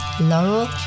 Laurel